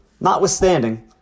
Notwithstanding